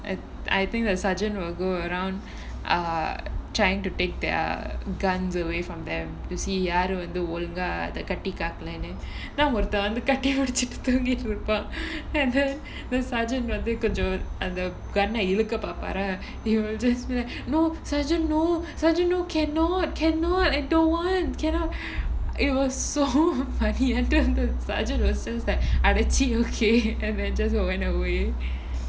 and I think the sergeant will go around err trying to take their guns away from them you see யாரு வந்து ஒழுங்கா இத கட்டி காகலன்னு நா ஒருத்தன் வந்து கட்டிபுடிச்சிட்டு தூங்கிட்டு இருப்பேன் அந்த:yaaru vanthu olungaa itha katti kaakalannu naa oruthan vanthu katti putichitu thoongitu irupaen antha sergeant வந்து கொஞ்சோ அந்த:vanthu konjo antha gun ah இழுக்க பாப்பாரா இவ வந்து:ilukka paapaaraa iva vanthu no sergeant no sergeant no cannot cannot I don't want cannot it was so funny until until sergeant அடச்சீ:adachee okay and then just went away